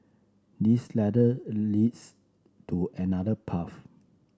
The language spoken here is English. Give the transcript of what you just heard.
this ladder leads to another path